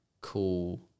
cool